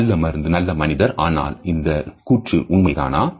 நல்ல மருந்து நல்ல மனிதர் ஆனால் இந்தக் கூற்று உண்மைதானா